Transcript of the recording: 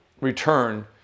return